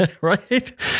right